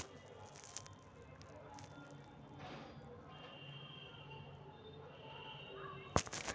जल प्रबंधन के बेहतर करके शुष्क क्षेत्रवा में हरियाली वापस लावल जयते हई